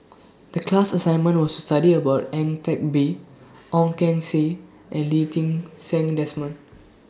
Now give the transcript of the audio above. The class assignment was to study about Ang Teck Bee Ong Keng Sen and Lee Ti Seng Desmond